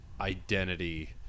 identity